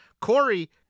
Corey